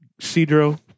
Cedro